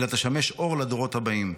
אלא תשמש אור לדורות הבאים.